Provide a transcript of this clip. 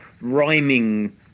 rhyming